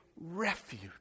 refuge